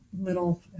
little